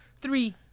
Three